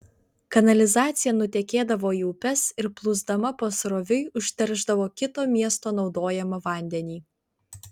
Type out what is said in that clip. kanalizacija nutekėdavo į upes ir plūsdama pasroviui užteršdavo kito miesto naudojamą vandenį